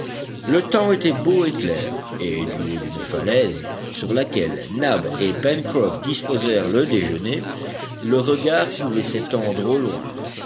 le temps était beau et clair et du haut d'une falaise sur laquelle nab et pencroff disposèrent le déjeuner le regard pouvait s'étendre au loin